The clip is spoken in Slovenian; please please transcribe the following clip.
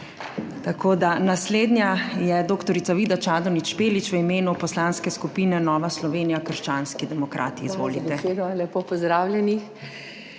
Tako, da naslednja je dr. Vida Čadonič Špelič, v imenu Poslanske skupine Nova Slovenija - krščanski demokrati. Izvolite.